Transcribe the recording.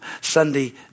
Sunday